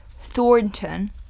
Thornton